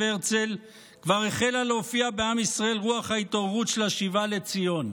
הרצל כבר החלה להופיע בעם ישראל רוח ההתעוררות של השיבה לציון.